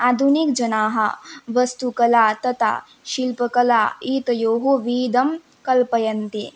आधुनिकजनाः वास्तुकला तथा शिल्पकला एतयोः भेदं कल्पयन्ति